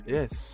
Yes